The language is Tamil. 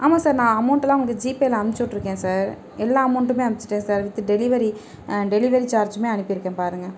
ஆமாம் சார் நான் அமவுண்டெல்லாம் உங்கள் ஜிபேயில் அனுப்பிச்சி விட்டிருக்கேன் சார் எல்லா அமவுண்டுமே அமுச்சிவிட்டேன் சார் வித் டெலிவரி டெலிவரி ஜார்ஜ்ஜுமே அனுப்பியிருக்கேன் பாருங்க